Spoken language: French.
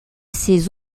ces